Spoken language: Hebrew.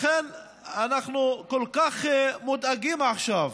לכן אנחנו כל כך מודאגים עכשיו,